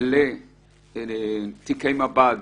לתיקי מב"ד